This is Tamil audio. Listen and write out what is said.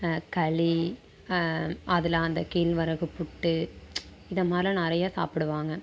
களி அதில் அந்த கேழ்வரகு புட்டு இந்தமாதிரிலாம் நிறைய சாப்பிடுவாங்க